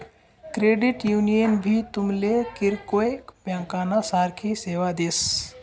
credit union भी तुमले किरकोय ब्यांकना सारखी सेवा देस